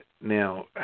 Now